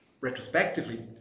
retrospectively